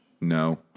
No